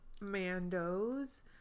mandos